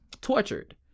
tortured